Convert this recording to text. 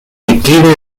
declive